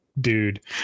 dude